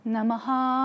Namaha